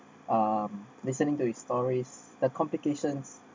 uh listening to his stories the complications